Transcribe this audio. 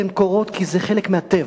כי הן קורות כי זה חלק מהטבע,